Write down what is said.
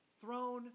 Throne